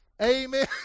Amen